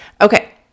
okay